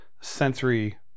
sensory